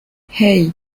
hey